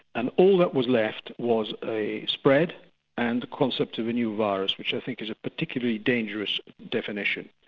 and all that was left was a spread and concepts of a new virus, which i think is a particularly dangerous definition.